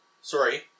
sorry